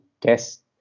test